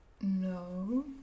No